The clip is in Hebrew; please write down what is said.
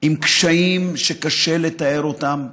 עם קשיים שקשה לתאר אותם,